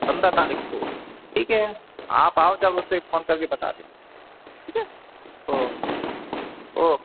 पंद्रह तारीख़ को ठीक है आप आओ जब उसे फ़ोन करके बता दें ठीक है ओके ओके